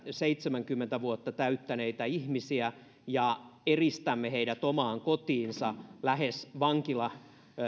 seitsemänkymmentä vuotta täyttäneitä ihmisiä ja eristämme heidät omaan kotiinsa lähes vankilan